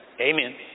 Amen